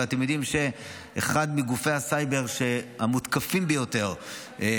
הרי אתם יודעים שאחד מהגופים המותקפים ביותר בסייבר,